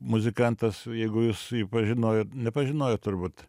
muzikantas jeigu jūs jį pažinojot nepažinojot turbūt